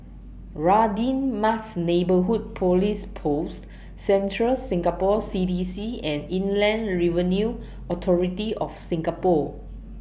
Radin Mas Neighbourhood Police Post Central Singapore C D C and Inland Revenue Authority of Singapore